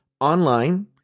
online